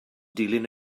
dilyn